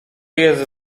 jest